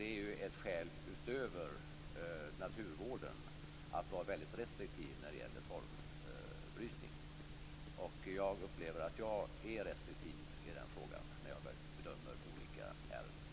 Det är ett skäl utöver naturvården att vara väldigt restriktiv när det gäller torvbrytning. Jag upplever mig som restriktiv när jag bedömer olika ärenden i det sammanhanget.